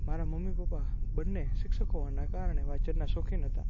મારા mummy papa બંને શિક્ષક હોવાનાં કારણે વાંચનનાં શોખીન હતાં